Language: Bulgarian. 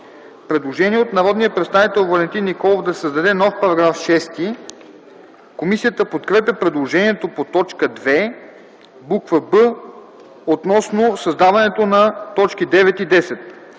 Предложение от народния представител Валентин Николов – да се създаде нов § 6. Комисията подкрепя предложението по т. 2, буква „б”, относно създаването на т. 9 и 10.